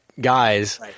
guys